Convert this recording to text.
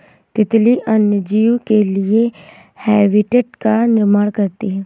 तितली अन्य जीव के लिए हैबिटेट का निर्माण करती है